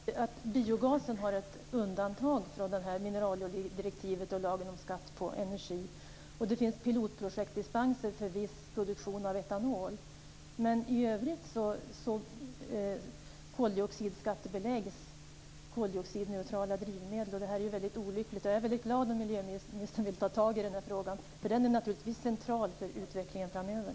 Fru talman! Biogasen har ju ett undantag från mineraloljedirektivet och lagen om skatt på energi, och det finns pilotprojektsdispenser för viss produktion av etanol. Men i övrigt koldioxidskattebeläggs koldioxidneutrala drivmedel. Det är väldigt olyckligt. Jag är väldigt glad om miljöministern vill ta tag i den här frågan eftersom den naturligtvis är central för utvecklingen framöver.